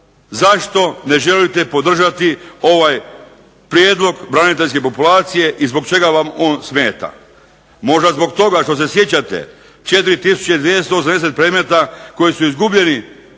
zašto ne želite podržati ovaj prijedlog braniteljske populacije i zbog čega vam on smeta? Možda zbog toga što se sjećate 4 tisuće 280 predmeta koji su izgubljeni